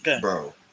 Bro